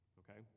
okay